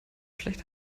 schlecht